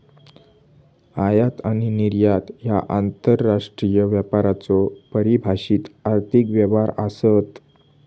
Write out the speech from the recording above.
आयात आणि निर्यात ह्या आंतरराष्ट्रीय व्यापाराचो परिभाषित आर्थिक व्यवहार आसत